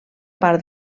part